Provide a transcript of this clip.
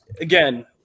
again